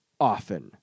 Often